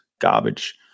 garbage